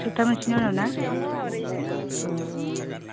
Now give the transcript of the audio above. सबथाखनसेनि उनाव ना अ अ